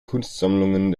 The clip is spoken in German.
kunstsammlungen